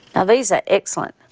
ah these are excellent.